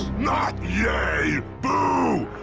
not yay. boo!